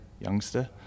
youngster